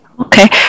Okay